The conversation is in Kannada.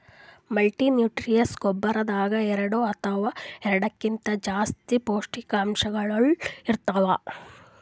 ಮಲ್ಟಿನ್ಯೂಟ್ರಿಯಂಟ್ಸ್ ಗೊಬ್ಬರದಾಗ್ ಎರಡ ಅಥವಾ ಎರಡಕ್ಕಿಂತಾ ಜಾಸ್ತಿ ಪೋಷಕಾಂಶಗಳ್ ಇರ್ತವ್